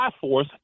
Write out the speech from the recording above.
force